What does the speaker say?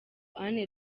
anne